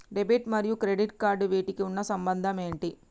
Debit మరియు credit cards వీటికి ఉన్న సంబంధం ఏంటి?